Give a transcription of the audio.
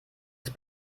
ist